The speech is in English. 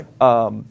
Right